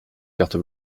carte